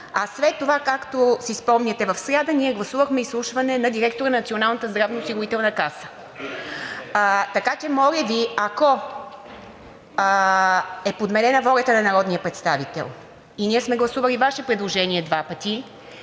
а след това, както си спомняте, в сряда ние гласувахме изслушване на директора на Националната здравноосигурителна каса. Така че, ако е подменена волята на народния представител и ние сме гласували Ваше предложение два пъти,